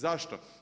Zašto?